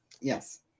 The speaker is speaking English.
Yes